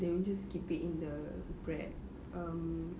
they will just keep it in the bread um